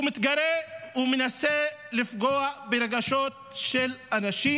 הוא מתגרה ומנסה לפגוע ברגשות של אנשים.